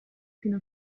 fino